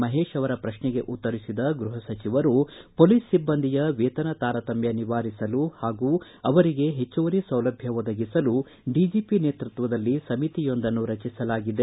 ಮಹೇಶ್ ಅವರ ಪ್ರಶ್ನೆಗೆ ಉತ್ತರಿಸಿದ ಗೃಹ ಸಚಿವರು ಪೊಲೀಸ್ ಸಿಬ್ಬಂದಿಯ ವೇತನ ತಾರತಮ್ಯ ನಿವಾರಿಸಲು ಹಾಗೂ ಅವರಿಗೆ ಹೆಚ್ಚುವರಿ ಸೌಲಭ್ಯ ಒದಗಿಸಲು ಡಿಜಪಿ ನೇತೃತ್ವದಲ್ಲಿ ಸಮಿತಿಯೊಂದನ್ನು ರಚಿಸಲಾಗಿದೆ